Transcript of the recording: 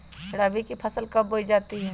रबी की फसल कब बोई जाती है?